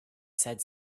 said